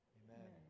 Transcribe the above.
amen